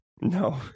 No